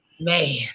Man